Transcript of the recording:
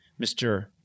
Mr